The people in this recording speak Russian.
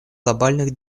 глобальных